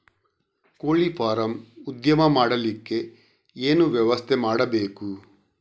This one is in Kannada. ಕೋಳಿ ಫಾರಂ ಉದ್ಯಮ ಮಾಡಲಿಕ್ಕೆ ಏನು ವ್ಯವಸ್ಥೆ ಮಾಡಬೇಕು?